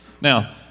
Now